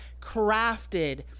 crafted